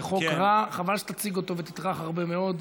זה חוק רע, חבל שתציג אותו ותטרח הרבה מאוד.